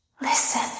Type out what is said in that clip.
listen